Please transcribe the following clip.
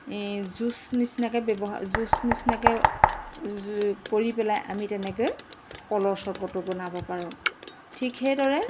এই জুইচ নিচিনাকৈ ব্যৱ জুইচ নিচিনাকৈ কৰি পেলাই আমি তেনেকৈ কলৰ চৰপতটো বনাব পাৰোঁ ঠিক সেইদৰে